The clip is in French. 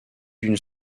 d’une